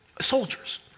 soldiers